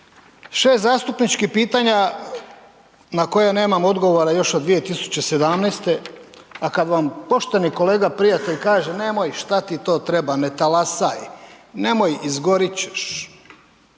6 zastupničkih pitanja na koja nemam odgovora još od 2017., a kad vam pošteni kolega prijatelj kaže, nemoj ih, što ti to treba, ne talasaj, nemoj, izgorit ćeš.